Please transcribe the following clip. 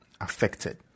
affected